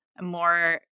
more